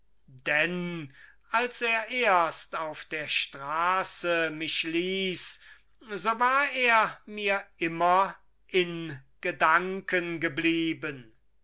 denn als er erst auf der straße mich ließ so war er mir immer in gedanken geblieben